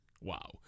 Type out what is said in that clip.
Wow